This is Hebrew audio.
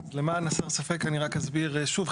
למען הסר ספק, אני רק אסביר שוב.